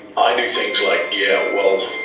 i do things like, yeah, well,